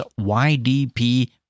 ydp